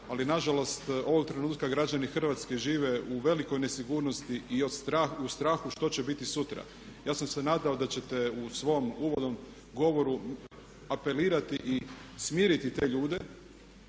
ali nažalost ovog trenutka građani Hrvatske žive u velikoj nesigurnosti i u strahu što će biti sutra. Ja sam se nadao da ćete u svom uvodnom govoru apelirati i smiriti te ljude,